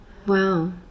Wow